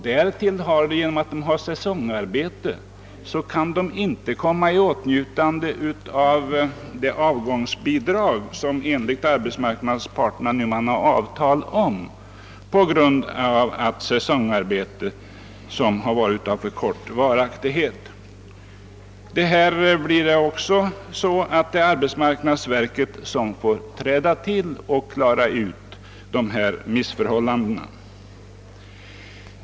Därtill kommer att de inte kan komma i åtnjutande av det avgångsvederlag, som arbetsmarknadsparterna har = avtalat, därför att dessa säsongarbeten varit av för kort varaktighet. Även här blir det arbetsmarknadsverket som får träda till och klara upp missförhållandena.